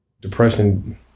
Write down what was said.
Depression